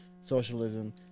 socialism